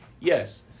yes